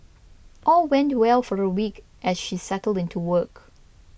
all went well for a week as she settled into work